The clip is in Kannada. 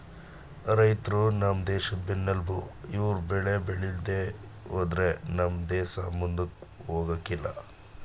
ರೈತ್ರು ನಮ್ ದೇಶದ್ ಬೆನ್ನೆಲ್ಬು ಇವ್ರು ಬೆಳೆ ಬೇಳಿದೆ ಹೋದ್ರೆ ನಮ್ ದೇಸ ಮುಂದಕ್ ಹೋಗಕಿಲ್ಲ